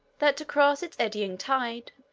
that to cross its eddying tide,